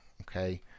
okay